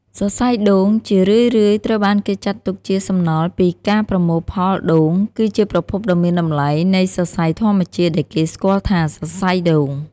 សរសៃដូង ដែលជារឿយៗត្រូវបានគេចាត់ទុកជាសំណល់ពីការប្រមូលផលដូង គឺជាប្រភពដ៏មានតម្លៃនៃសរសៃធម្មជាតិដែលគេស្គាល់ថា សរសៃដូង។